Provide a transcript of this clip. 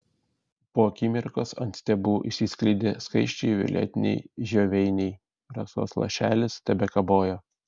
po akimirkos ant stiebų išsiskleidė skaisčiai violetiniai žioveiniai rasos lašelis tebekabojo